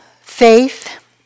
faith